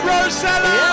Rosella